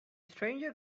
stranger